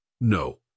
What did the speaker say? No